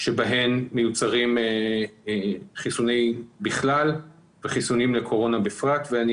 בהן מיוצרים חיסונים בכלל וחיסונים לקורונה בפרט ואני